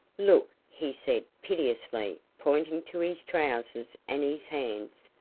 look, he said, piteously, pointing to his trousers and his hands.